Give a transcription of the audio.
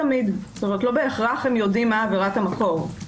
ולא בהכרח הם יודעים מה עבירת המקור.